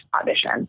audition